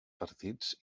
partits